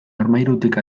armairutik